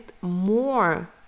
more